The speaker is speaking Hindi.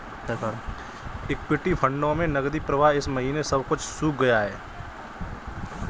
इक्विटी फंडों में नकदी प्रवाह इस महीने सब कुछ सूख गया है